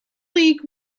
league